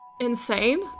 insane